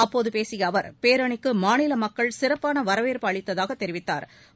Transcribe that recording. அப்போது பேசிய அவர் பேரணிக்கு மாநில மக்கள் சிறப்பான வரவேற்பு அளித்ததாக தெரிவித்தாா்